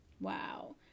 Wow